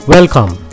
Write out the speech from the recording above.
Welcome